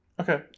Okay